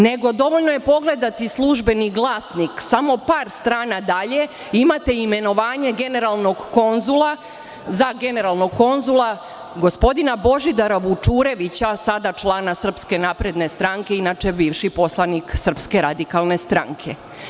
Dovoljno je pogledati "Službeni glasnik", samo par strana dalje, imate imenovanje za generalnog konzula gospodina Božidara Vučurevića, sada člana Srpske napredne stranke, inače bivši poslanik Srpske radikalne stranke.